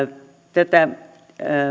tätä